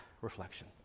reflection